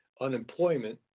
unemployment